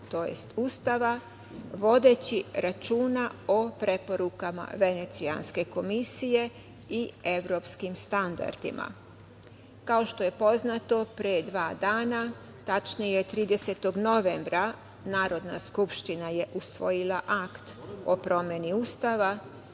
tj. Ustava, vodeći računa o preporukama Venecijanske komisije i evropskim standardima. Kao što je poznato, pre dva dana, tačnije 30. novembra, Narodna skupština je usvojila Akt o promeni Ustava,